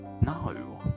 No